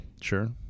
Sure